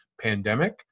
pandemic